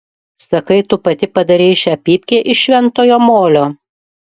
sakai tu pati padarei šią pypkę iš šventojo molio